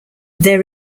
their